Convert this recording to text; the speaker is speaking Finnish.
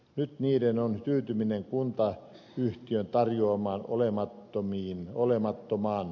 nyt niiden on tyytyminen kuntayhtiön tarjoamaan olemattomaan palvelukseen